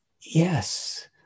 yes